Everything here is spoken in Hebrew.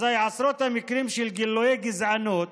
אזי עשרות המקרים של גילויי גזענות